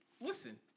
Listen